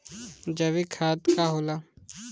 जैवीक खाद का होला?